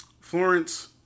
Florence